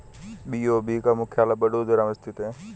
BOB का मुख्यालय बड़ोदरा में स्थित है